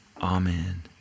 Amen